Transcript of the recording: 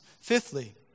Fifthly